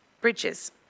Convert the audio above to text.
bridges